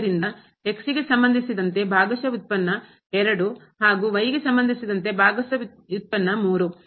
ಆದ್ದರಿಂದ ಗೆ ಸಂಬಂಧಿಸಿದಂತೆ ಭಾಗಶಃ ವ್ಯುತ್ಪನ್ನ 2 ಹಾಗೂ ಗೆ ಸಂಬಂಧಿಸಿದಂತೆ ಭಾಗಶಃ ವ್ಯುತ್ಪನ್ನ 3